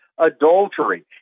adultery